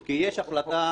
כי יש החלטה